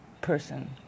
person